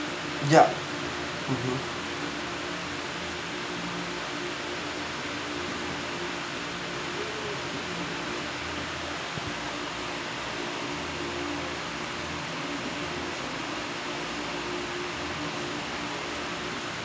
ya mmhmm